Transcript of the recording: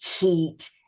heat